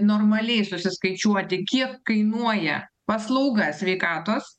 normaliai susiskaičiuoti kiek kainuoja paslauga sveikatos